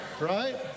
right